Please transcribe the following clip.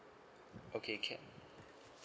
okay can